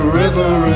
river